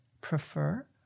prefer